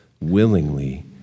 willingly